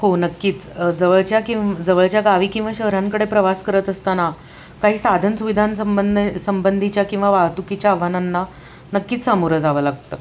हो नक्कीच जवळच्या की जवळच्या गावी किंवा शहरांकडे प्रवास करत असताना काही साधन सुविधांसंबंध संबंधीच्या किंवा वाहतुकीच्या आव्हानांना नक्कीच सामोरं जावं लागतं